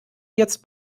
jetzt